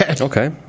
Okay